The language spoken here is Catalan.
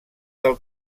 del